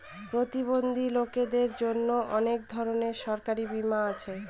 প্রতিবন্ধী লোকদের জন্য অনেক ধরনের সরকারি বীমা আছে